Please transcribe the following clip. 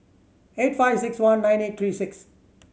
eight five six one nine eight three six